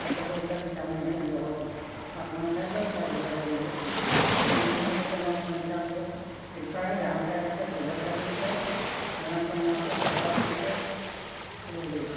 ᱛᱚᱵᱮ ᱤᱠᱷᱟᱹᱱ ᱠᱟᱹᱢᱤ ᱱᱟᱜ ᱤᱧ ᱫᱚᱦᱚ ᱢᱤᱭᱟᱹᱧ ᱟᱨ ᱵᱟᱝᱠᱷᱟᱱ ᱫᱚ ᱵᱟᱭ ᱫᱚᱦᱚᱭ ᱞᱟᱹᱜᱤᱫᱚᱜ ᱠᱟᱱᱟ ᱚᱱᱟ ᱤᱫᱤ ᱠᱟᱛᱮᱫ ᱱᱚᱣᱟ ᱯᱮᱱ ᱠᱟᱨᱰ ᱫᱚ ᱠᱨᱤᱯᱟᱭᱟ ᱡᱟᱦᱟᱸ ᱞᱮᱠᱟ ᱠᱟᱛᱮᱫ ᱥᱩᱫᱷᱟᱹᱨ ᱠᱟᱹᱛᱤᱧ ᱯᱮ ᱱᱚᱣᱟ ᱠᱚ ᱱᱚᱣᱟ ᱠᱚ ᱪᱟᱲᱦᱟᱣ ᱛᱤᱧ ᱯᱮ ᱛᱟᱹᱣᱜᱮ